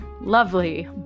lovely